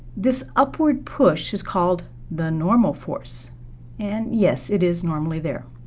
this upward push is called the normal force and yes, it is normally there.